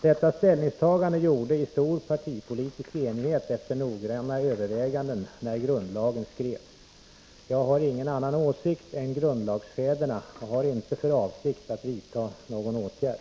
Detta ställningstagande gjordes i stor partipolitisk enighet efter noggranna överväganden när grundlagen skrevs. Jag har ingen annan åsikt än grundlagsfäderna och har inte för avsikt att vidta någon åtgärd.